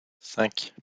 cinq